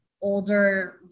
older